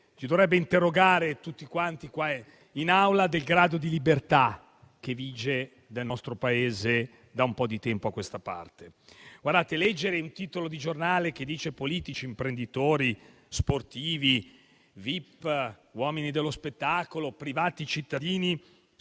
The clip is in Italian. dovrebbe interrogare tutti quanti in quest'Aula sul grado di libertà che vige nel nostro Paese da un po' di tempo a questa parte. Leggere un titolo di giornale che parla di politici, imprenditori, sportivi, VIP, uomini dello spettacolo, privati cittadini